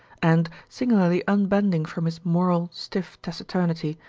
and, singularly unbending from his normal, stiff taciturnity,